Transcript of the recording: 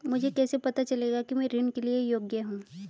मुझे कैसे पता चलेगा कि मैं ऋण के लिए योग्य हूँ?